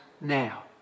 now